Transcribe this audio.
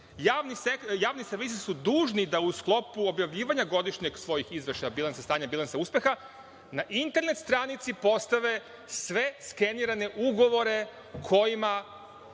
javni servisi su dužni da u sklopu objavljivanja svojih godišnjih izveštaja, bilansa stanja i bilansa uspeha, na internet stranici postave sve skenirane ugovore kojima